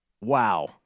Wow